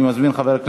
נגד, 46,